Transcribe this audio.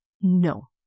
no